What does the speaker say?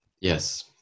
Yes